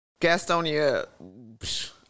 Gastonia